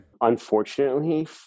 unfortunately